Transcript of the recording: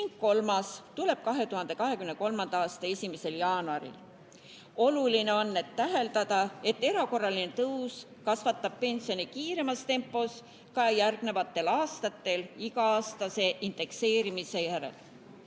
ning kolmas tuleb 2023. aasta 1. jaanuaril. Oluline on täheldada, et erakorraline tõus kasvatab pensione kiiremas tempos ka järgnevatel aastatel iga-aastase indekseerimise järel. Oleme